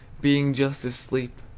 being just asleep,